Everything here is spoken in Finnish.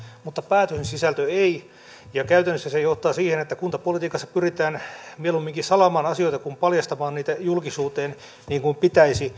mutta päätösten sisältö ei käytännössä se johtaa siihen että kuntapolitiikassa pyritään mieluumminkin salaamaan asioita kuin paljastamaan niitä julkisuuteen niin kuin pitäisi